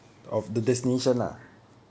ah